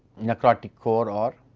necrotic core